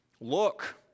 look